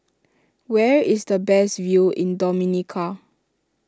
where is the best view in Dominica